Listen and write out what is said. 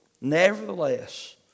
Nevertheless